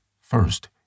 First